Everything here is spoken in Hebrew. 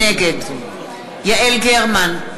נגד יעל גרמן,